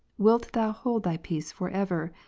wilt thou hold thy peace for ever?